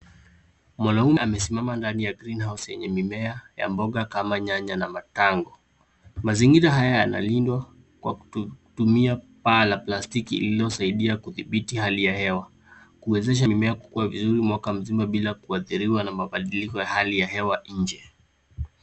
Mwanaume amesimama ndani ya greenhouse yenye mimea ya mboga kama nyanya na matango. Mazingira haya yanalindwa kwa kutumia paa la plastiki lililosaidia kudhibiti hali ya hewa, kuwezesha mimea kukua vizuri mwaka mzima bila kuadhiriwa na mabadiliko ya hali ya hewa nje.